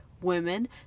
women